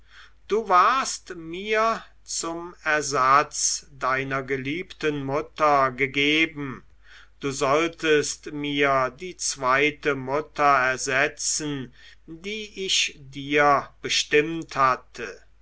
du warst mir zum ersatz deiner geliebten mutter gegeben du solltest mir die zweite mutter ersetzen die ich dir bestimmt hatte